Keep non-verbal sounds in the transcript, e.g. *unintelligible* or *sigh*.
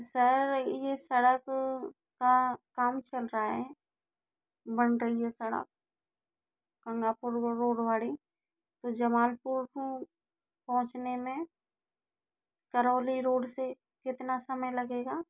sir ये सड़क का काम चल रहा है बन रही है सड़क गंगापुर *unintelligible* तो जमालपुर पहुँचने में करौली रोड से कितना समय लगेगा